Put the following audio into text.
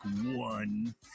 one